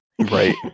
Right